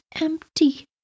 empty